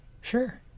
Sure